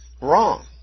wrong